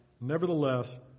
Nevertheless